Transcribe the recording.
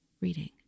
reading